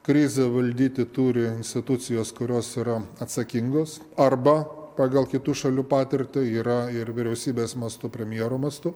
krizę valdyti turi institucijos kurios yra atsakingos arba pagal kitų šalių patirtį yra ir vyriausybės mastu premjero mastu